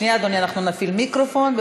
שנייה, אדוני, נפעיל מיקרופון.